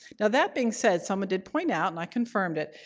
now that being said, someone did point out and i confirmed it,